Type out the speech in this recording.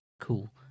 cool